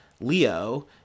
Leo